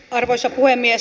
arvoisa puhemies